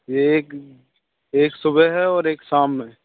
एक एक सुबह है और एक शाम में